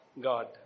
God